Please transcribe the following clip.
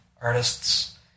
artists